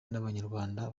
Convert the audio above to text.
n’abanyarwanda